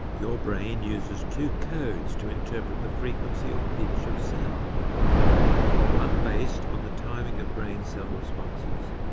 your brain uses two codes to interpret the frequency or pitch of sound one based on the timing of brain cell responses,